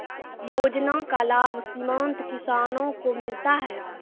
योजना का लाभ सीमांत किसानों को मिलता हैं?